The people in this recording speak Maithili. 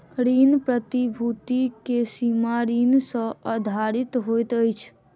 ऋण प्रतिभूति के सीमा ऋण सॅ आधारित होइत अछि